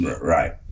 right